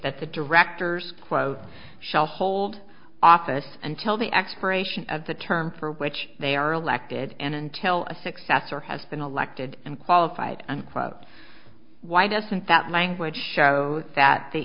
that the directors quote shall hold office until the expiration of the term for which they are elected and until a successor has been elected and qualified and why doesn't that language show that the